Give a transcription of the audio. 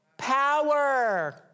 Power